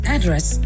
Address